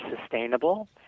sustainable